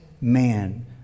man